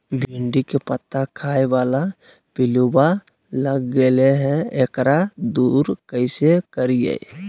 भिंडी के पत्ता खाए बाला पिलुवा लग गेलै हैं, एकरा दूर कैसे करियय?